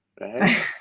right